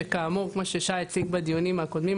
שכאמור כמו ששי הציג בדיונים הקודמים,